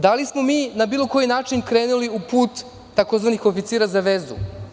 Da li smo mi na bilo koji način krenuli u put tzv. oficira za vezu.